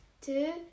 two